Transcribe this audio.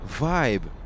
vibe